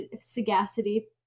sagacity